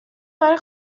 برای